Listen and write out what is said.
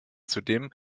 zudem